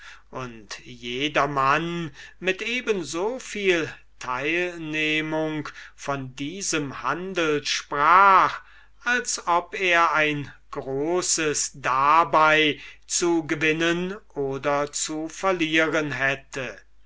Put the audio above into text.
und jedermann mit eben so viel teilnehmung von diesem handel sprach als ob er ein großes dabei zu gewinnen oder zu verlieren hätte